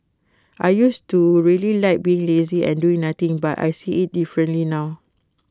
I used to really like being lazy and doing nothing but I see IT differently now